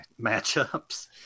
matchups